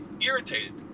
irritated